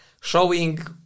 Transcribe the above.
showing